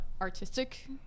artistic